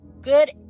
good